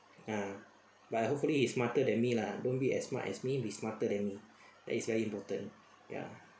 ah but I hopefully he is smarter than me lah don't be as smart as me be smarter than me that is very important ya